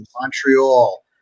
Montreal